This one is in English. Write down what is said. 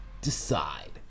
decide